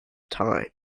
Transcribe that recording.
time